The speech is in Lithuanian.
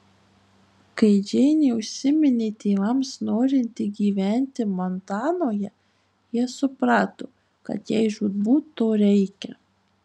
kai džeinė užsiminė tėvams norinti gyventi montanoje jie suprato kad jai žūtbūt to reikia